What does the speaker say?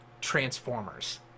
transformers